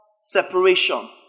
separation